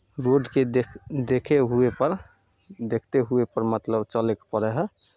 रोडके देख देखे हुएपर देखते हुए पर मतलब चलयके पड़ै हइ